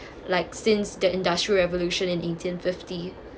like since the industrial revolution in eighteen fifty